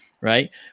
right